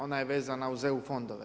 Ona je vezana uz EU fondove.